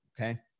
Okay